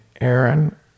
Aaron